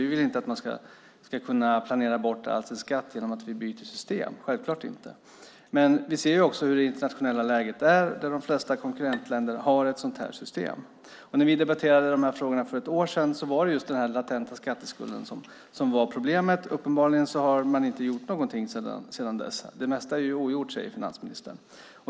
Vi vill inte att man ska kunna planera bort all sin skatt genom att vi byter system - självklart inte! Men vi ser också hur det internationella läget är - de flesta konkurrentländerna har ett sådant här system. När vi för ett år sedan debatterade de här frågorna var det just den latenta skatteskulden som var problemet. Uppenbarligen har man inte gjort någonting sedan dess. Det mesta är ogjort, säger ju finansministern.